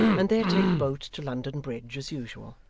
and there take boat to london bridge as usual.